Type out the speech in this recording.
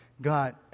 God